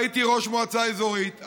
הייתי ראש מועצה אזורית,